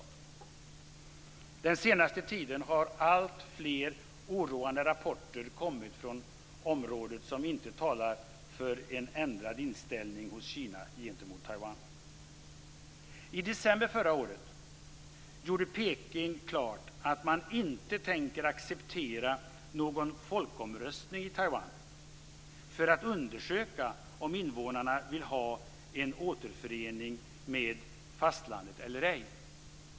Under den senaste tiden har det från området kommit alltfler oroande rapporter som inte talar för en ändrad inställning från I december förra året gjorde Peking klart att man inte tänker acceptera någon folkomröstning i Taiwan för att undersöka om invånarna vill ha en återförening med fastlandet eller ej.